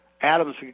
Adams